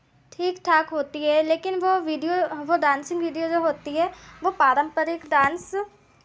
ठीक ठाक होती है लेकिन वो वीडियो वो डांसिंग वीडियो जो होती है वो पारम्परिक डांस